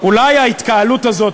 אולי ההתקהלות הזאת,